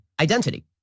identity